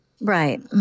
Right